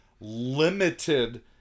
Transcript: limited